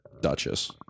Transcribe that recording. duchess